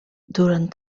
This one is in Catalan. durant